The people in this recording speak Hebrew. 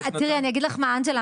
תראי אני אגיד לך מה אנג'לה,